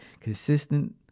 consistent